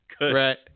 Right